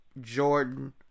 Jordan